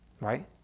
right